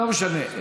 לא משנה.